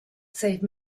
save